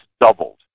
doubled